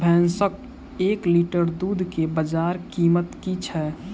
भैंसक एक लीटर दुध केँ बजार कीमत की छै?